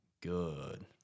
good